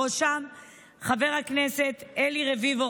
בראשם חבר הכנסת אלי רביבו,